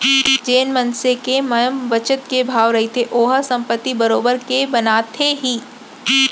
जेन मनसे के म बचत के भाव रहिथे ओहा संपत्ति बरोबर के बनाथे ही